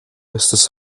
estas